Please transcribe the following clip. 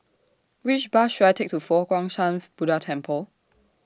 Which Bus should I Take to Fo Guang Shan Buddha Temple